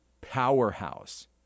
powerhouse